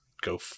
go